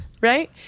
right